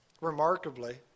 remarkably